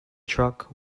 truck